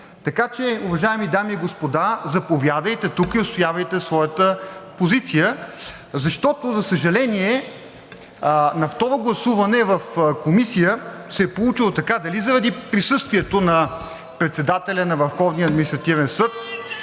Така че, уважаеми дами и господа, заповядайте тук и отстоявайте своята позиция, защото, за съжаление, на второ гласуване в Комисията се е получило така, дали заради присъствието на председателя на Върховния административен съд,